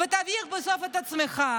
אתה תביך בסוף את עצמך.